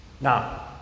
Now